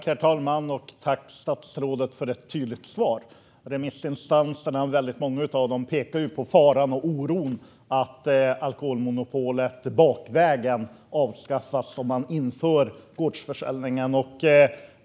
Herr talman! Tack för ett tydligt svar, statsrådet! Många av remissinstanserna pekar på faran och oron för att alkoholmonopolet avskaffas bakvägen om man inför gårdsförsäljning.